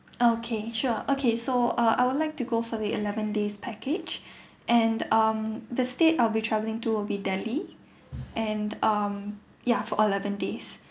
okay sure okay so uh I would like to go for the eleven days package and um the state I'll be travelling to will be delhi and um ya for eleven days